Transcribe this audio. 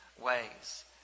ways